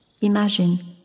imagine